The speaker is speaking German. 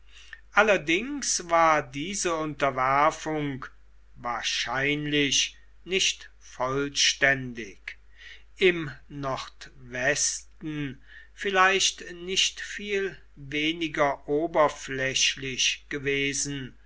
allerdings war diese unterwerfung wahrscheinlich nicht vollständig im nordwesten vielleicht nicht viel weniger oberflächlich gewesen